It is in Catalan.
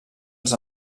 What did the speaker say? als